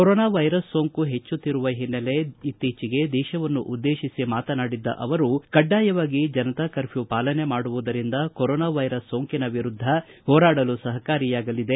corona virus ಸೋಂಕು ಹೆಚ್ಚುತ್ತಿರುವ ಓನ್ನೆಲೆ ಇತ್ತೀಚೆಗೆ ದೇಶವನ್ನು ಉದ್ದೇಶಿಸಿ ಮಾತನಾಡಿದ್ದ ಅವರು ಕಡ್ಡಾಯವಾಗಿ ಜನತಾ ಕರ್ಫ್ಯೂ ಪಾಲನೆ ಮಾಡುವುದರಿಂದ ಕೊರೊನಾ ವೈರಸ್ ಸೋಂಕಿನ ವಿರುದ್ದ ಹೋರಾಡಲು ಸಹಕಾರಿಯಾಗಲಿದೆ